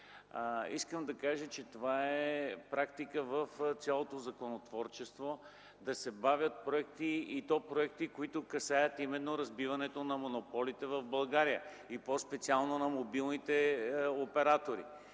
Искам да кажа, че това е практика в цялото законотворчество – да се бавят проекти, и то такива, които касаят именно разбиването на монополите в България, и по-специално на мобилните оператори.